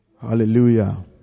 hallelujah